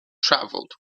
travelled